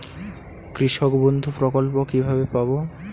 কৃষকবন্ধু প্রকল্প কিভাবে পাব?